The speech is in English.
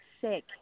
sick